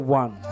one